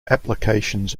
applications